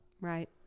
Right